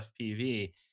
FPV